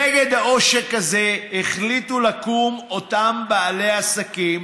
נגד העושק הזה החליטו לקום אותם בעלי עסקים